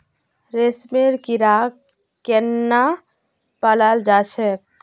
रेशमेर कीड़ाक केनना पलाल जा छेक